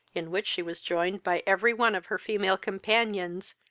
in which she was joined by every one of her female companions,